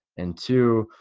and two,